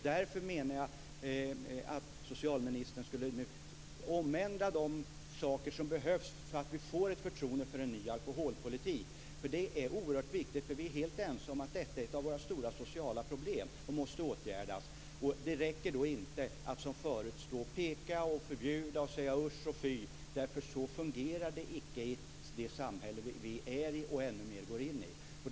Därför menar jag att socialministern ska ändra de saker som behövs för att vi ska få förtroende för en ny alkoholpolitik. Det är nämligen oerhört viktigt, eftersom vi är helt ense om att detta är ett av våra stora sociala problem som måste åtgärdas. Det räcker då inte med att man som tidigare står och pekar och förbjuder och säger usch och fy, därför att så fungerar det inte i det samhälle som vi lever i och ännu mindre i det samhälle som vi går in i.